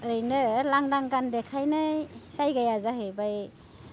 ओरैनो लांदां गान देखायनाय जायगाया जाहैबाय